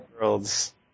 Worlds